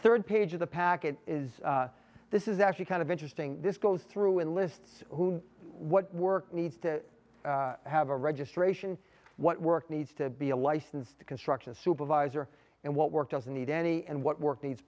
third page of the packet is this is actually kind of interesting this goes through and lists who what work needs to have a registration what work needs to be a licensed construction supervisor and what work doesn't need any and what work needs